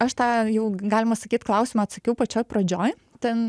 aš tą jau galima sakyt klausimą atsakiau pačioj pradžioj ten